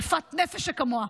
יפת נפש שכמוה.